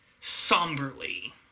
somberly